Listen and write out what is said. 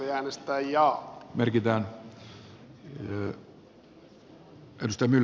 tarkoitus oli äänestää jaa